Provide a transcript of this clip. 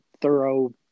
thorough